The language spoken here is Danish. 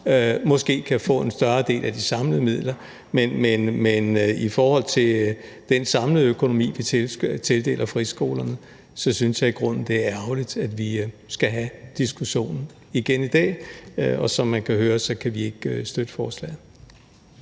måske kan få en større del af de samlede midler. Men i forhold til den samlede økonomi, vi tildeler friskolerne, synes jeg i grunden, det er ærgerligt, at vi skal have diskussionen igen i dag. Som man kan høre, kan vi ikke støtte forslaget.